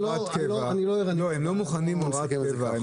הם לא מוכנים לקבל הוראות קבע.